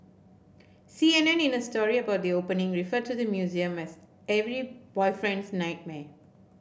C N N in a story about the opening referred to the museum as every boyfriend's nightmare